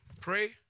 Pray